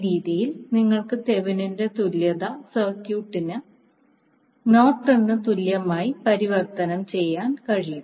ഈ രീതിയിൽ നിങ്ങൾക്ക് തെവെനിന്റെ തുല്യത സർക്യൂട്ടിനെ നോർട്ടണിന് തുല്യമായി പരിവർത്തനം ചെയ്യാൻ കഴിയും